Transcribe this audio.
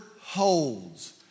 holds